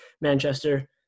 Manchester